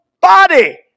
body